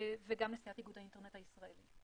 ואני גם נשיאת איגוד האינטרנט הישראלי.